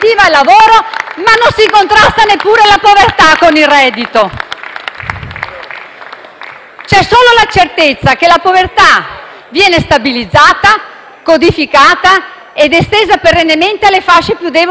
si contrasta la povertà, con il reddito di cittadinanza. C'è solo la certezza che la povertà viene stabilizzata, codificata ed estesa perennemente alle fasce più deboli della società,